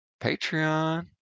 patreon